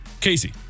Casey